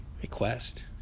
request